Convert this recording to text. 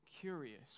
curious